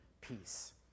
peace